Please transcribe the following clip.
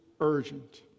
urgent